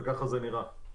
וככה זה נראה.